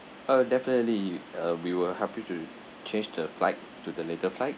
uh definitely uh we will help you to change the flight to the later flight